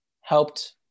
helped